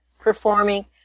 performing